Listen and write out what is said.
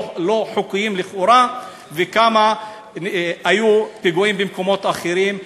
חוקיים לכאורה וכמה פיגועים היו במקומות אחרים,